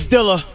Dilla